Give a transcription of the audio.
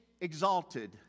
exalted